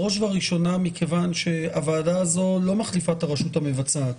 בראש וראשונה מכיוון שהוועדה הזאת לא מחליפה את הרשות המבצעת.